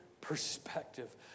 perspective